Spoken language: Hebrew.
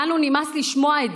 לנו נמאס לשמוע את זה,